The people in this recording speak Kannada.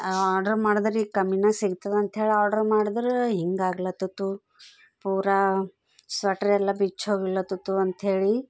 ಆರ್ಡ್ರ್ ಮಾಡಿದ್ರೀಗ ಕಮ್ಮಿನಾಗ ಸಿಗ್ತದಂಥೇಳಿ ಆರ್ಡ್ರ್ ಮಾಡಿದ್ರ ಹಿಂಗಾಗ್ಲತ್ತಿತ್ತು ಪೂರಾ ಸ್ವೆಟ್ರೆಲ್ಲ ಬಿಚ್ಹೋಗ್ಲತ್ತಿತ್ತು ಅಂಥೇಳಿ